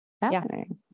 Fascinating